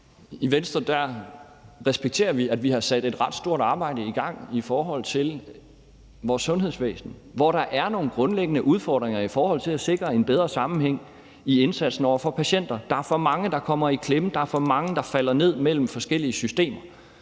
I Venstre respekterer vi, at vi har sat et ret stort arbejde i gang i forhold til vores sundhedsvæsen, hvor der er nogle grundlæggende udfordringer i forhold til at sikre en bedre sammenhæng i indsatsen over for patienter. Der er for mange, der kommer i klemme. Der er for mange, der falder ned mellem forskellige systemer.